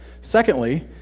Secondly